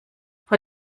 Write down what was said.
vor